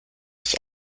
ich